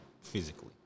physically